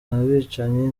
abicanyi